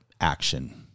action